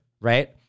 right